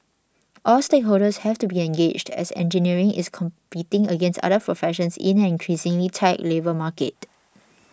all stakeholders have to be engaged as engineering is competing against other professions in an increasingly tight labour market